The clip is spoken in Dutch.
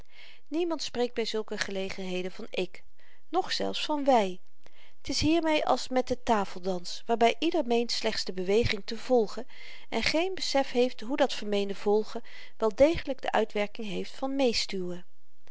niemand spreekt by zulke gelegenheden van ik noch zelfs van wy t is hiermee als met den tafeldans waarby ieder meent slechts de beweging te volgen en geen besef heeft hoe dat vermeende volgen wel degelyk de uitwerking heeft van